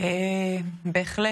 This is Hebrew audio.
אחרי